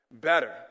better